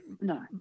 No